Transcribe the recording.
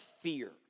fear